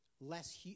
less